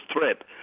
threat